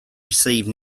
receive